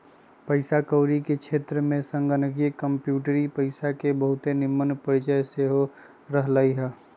पइसा कौरी के क्षेत्र में संगणकीय कंप्यूटरी पइसा के बहुते निम्मन परिचय सेहो रहलइ ह